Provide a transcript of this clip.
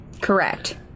Correct